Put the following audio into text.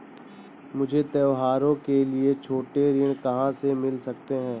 मुझे त्योहारों के लिए छोटे ऋण कहाँ से मिल सकते हैं?